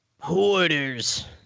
hoarders